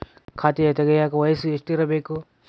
ಖಾತೆ ತೆಗೆಯಕ ವಯಸ್ಸು ಎಷ್ಟಿರಬೇಕು?